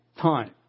time